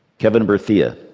kevin berthia,